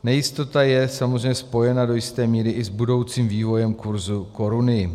Nejistota je samozřejmě spojena do jisté míry i s budoucím vývojem kurzu koruny.